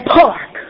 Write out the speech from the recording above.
park